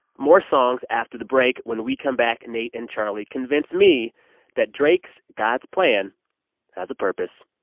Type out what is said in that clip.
more songs after the break. when we come back, nate and charlie convince me that drake's god's plan has a purpose.